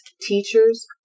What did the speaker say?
teachers